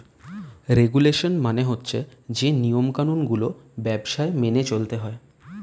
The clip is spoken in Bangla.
রেগুলেশন মানে হচ্ছে যে নিয়ম কানুন গুলো ব্যবসায় মেনে চলতে হয়